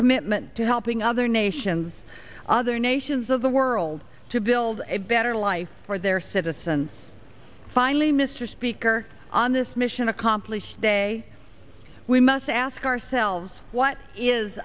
commitment to helping other nations other nations of the world to build a better life for their citizens finally mr speaker on this mission accomplished day we must ask ourselves what is